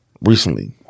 recently